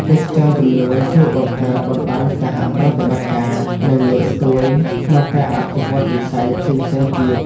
ទេសចរណ៍ជំនួញជួយបង្កើតបណ្តាញសហប្រតិបត្តិការ និងលើកស្ទួយក្នុងការអភិវឌ្ឍន៍វិស័យផ្សេងៗទៀត។